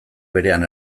berean